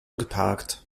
geparkt